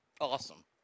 Awesome